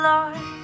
Lord